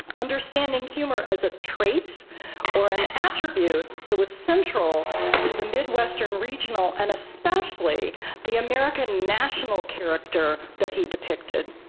understanding humor as a trait or an attribute that was central to the midwestern regional and especially the american national character that he depicted.